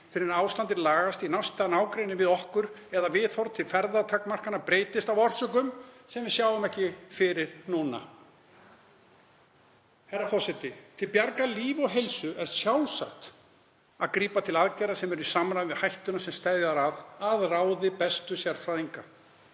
fyrr en ástandið lagast í næsta nágrenni við okkur eða viðhorf til ferðatakmarkana breytist af orsökum sem við sjáum ekki fyrir núna. Herra forseti. Til bjargar lífi og heilsu er sjálfsagt að grípa til aðgerða sem eru í samræmi við hættuna sem steðjar að, að ráði bestu sérfræðinga.